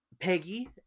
Peggy